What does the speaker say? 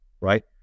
right